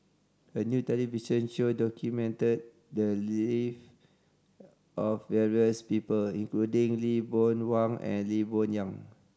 a new television show documented the live of various people including Lee Boon Wang and Lee Boon Yang